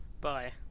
Bye